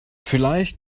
vielleicht